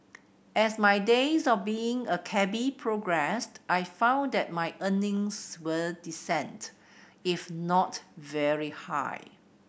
as my days of being a cabby progressed I found that my earnings were decent if not very high